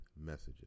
messages